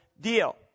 deal